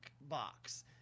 box